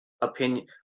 opinion